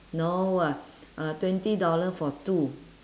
no ah uh twenty dollar for two